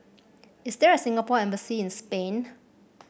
is there a Singapore Embassy in Spain